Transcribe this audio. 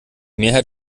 mehrheit